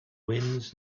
winds